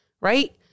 right